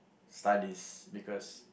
studies because